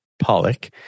pollock